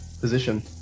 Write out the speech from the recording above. position